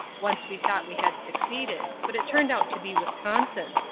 once we thought we had succeeded. but it turned out to be wisconsin.